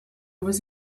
was